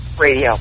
radio